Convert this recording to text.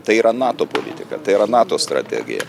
tai yra nato politika tai yra nato strategija